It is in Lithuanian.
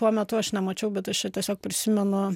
tuo metu aš nemačiau bet aš čia tiesiog prisimenu